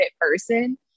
person